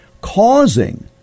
causing